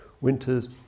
winters